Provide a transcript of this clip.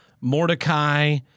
Mordecai